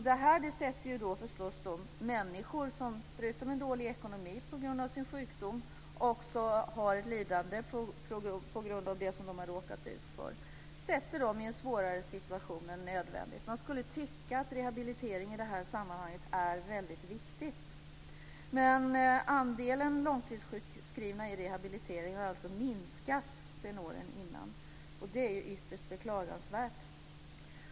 Detta sätter förstås de människor som förutom en dålig ekonomi också har ett lidande på grund av sin sjukdom i en svårare situation än nödvändigt. I det här sammanhanget borde rehabilitering vara väldigt viktigt. Men andelen långtidssjukskrivna i rehabilitering har alltså minskat jämfört med åren innan. Det är ytterst beklagligt.